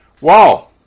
Wow